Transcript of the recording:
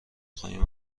خواهیم